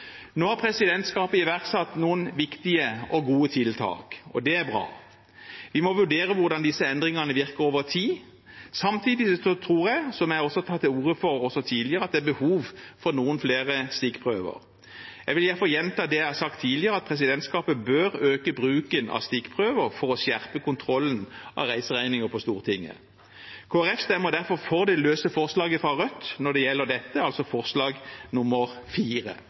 Nå har presidentskapet iverksatt noen viktige og gode tiltak, og det er bra. Vi må vurdere hvordan disse endringene virker over tid. Samtidig tror jeg, som jeg også har tatt til orde for tidligere, at det er behov for noen flere stikkprøver. Jeg vil derfor gjenta det jeg har sagt tidligere: Presidentskapet bør øke bruken av stikkprøver for å skjerpe kontrollen av reiseregninger på Stortinget. Kristelig Folkeparti stemmer derfor for det løse forslaget om dette fra Rødt, forslag nr. 4 – kun det